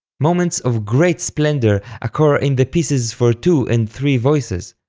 moments of great splendour occur in the pieces for two and three voices,